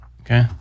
Okay